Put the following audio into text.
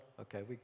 Okay